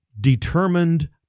determined